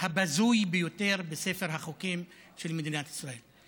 הבזוי ביותר בספר החוקים של מדינת ישראל,